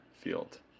field